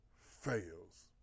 fails